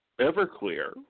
Everclear